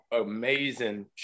amazing